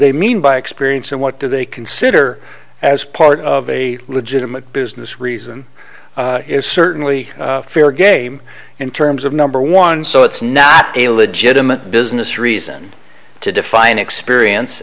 they mean by experience and what do they consider as part of a legitimate business reason is certainly fair game in terms of number one so it's not a legitimate business reason to define experience